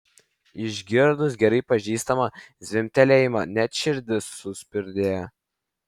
išgirdus gerai pažįstamą zvimbtelėjimą net širdis suspurdėjo